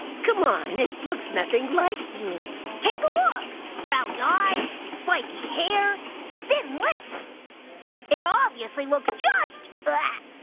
come on! it looks nothing like me! take a look! round eyes spiky hair thin lips it obviously looks just ah!